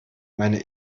meine